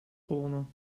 gewonnen